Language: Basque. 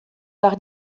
behar